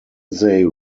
they